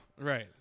Right